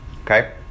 Okay